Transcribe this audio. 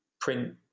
print